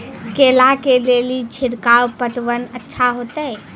केला के ले ली छिड़काव पटवन अच्छा होते?